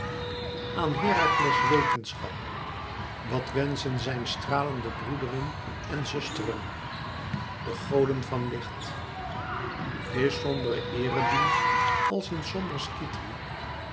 aan herakles wetenschap wat wenschen zijn stralende broederen en zusteren de goden van licht is sombere eeredienst als in somber skythië